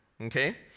okay